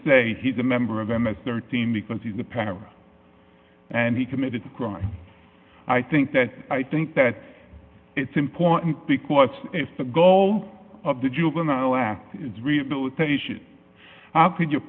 say he's a member of thirteen because he's the parent and he committed a crime i think that i think that it's important because if the goal of the juvenile act is rehabilitation how could you